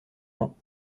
ans